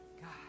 God